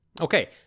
Okay